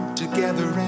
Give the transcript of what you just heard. together